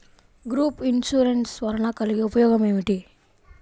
Group insurance వలన కలిగే ఉపయోగమేమిటీ?